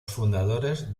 fundadores